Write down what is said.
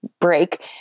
break